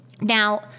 Now